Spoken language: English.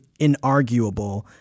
inarguable